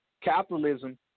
Capitalism